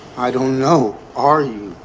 i don't know. are you?